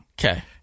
Okay